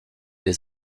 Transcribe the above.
les